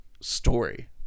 story